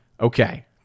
Okay